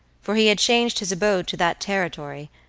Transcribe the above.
for he had changed his abode to that territory,